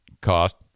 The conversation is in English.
cost